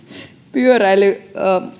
pyöräily pitää